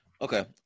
Okay